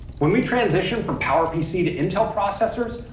when we transitioned from powerpc to intel processors,